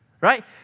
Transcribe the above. right